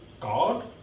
God